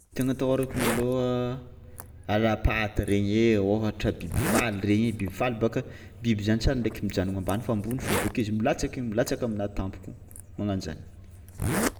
Tegna atahôrako malôha alapaty regny ai ôhatra biby faly regny ai, biby faly bôka biby zany tsary ndraiky mijanogno amabany fa ambony fao bake izy milatsaka milatsaka aminà tampôko, magnan-jany.